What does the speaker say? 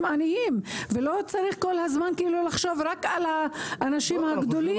עניים ולא צריך כל הזמן לחשוב רק על האנשים הגדולים.